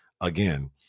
again